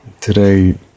Today